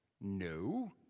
No